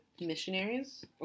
missionaries